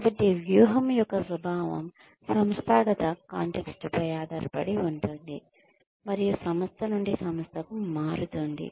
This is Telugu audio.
కాబట్టి వ్యూహం యొక్క స్వభావం సంస్థాగత కాంటెక్స్ట్ పై ఆధారపడి ఉంటుంది మరియు సంస్థ నుండి సంస్థకు మారుతుంది